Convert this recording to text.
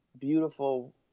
beautiful